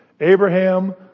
Abraham